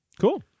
Cool